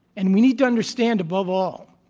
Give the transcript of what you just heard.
and we need to understand, above all,